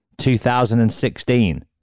2016